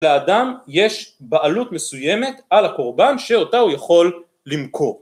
לאדם יש בעלות מסוימת על הקורבן שאותה הוא יכול למכור